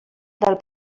del